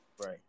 Right